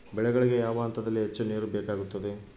ಬೆಳೆಗಳಿಗೆ ಯಾವ ಹಂತದಲ್ಲಿ ಹೆಚ್ಚು ನೇರು ಬೇಕಾಗುತ್ತದೆ?